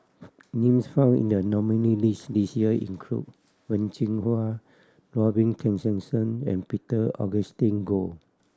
names found in the nominee list this year include Wen Jinhua Robin Tessensohn and Peter Augustine Goh